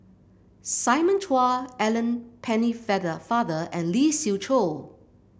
Simon Chua Alice Penne father and Lee Siew Choh